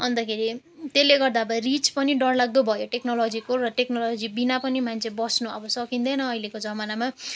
अन्तखेरि त्यसले गर्दा अब रिच पनि डरलाग्दो भयो टेक्नोलोजीको र टेक्नोलोजीविना पनि मान्छे बस्नु अब सकिँदैन अहिलेको जमानामा